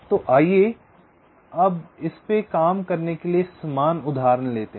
तो आइए हम इसपे काम करने के लिए समान उदाहरण लेते हैं